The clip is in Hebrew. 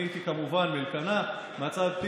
אני הייתי כמובן מאלקנה, מאיזה צד באת?